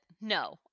No